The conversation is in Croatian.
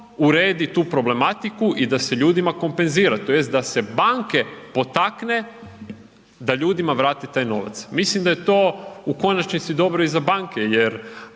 uredi tu problematiku i da se ljudima kompenzira tj. da se banke potakne da ljudima vrate taj novac. Mislim da je to u konačnici dobro i za banke jer